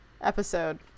episode